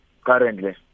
currently